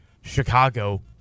Chicago